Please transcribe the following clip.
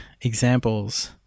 examples